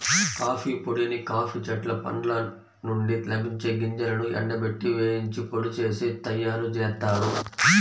coffee పొడిని coffee చెట్ల పండ్ల నుండి లభించే గింజలను ఎండబెట్టి, వేయించి పొడి చేసి తయ్యారుజేత్తారు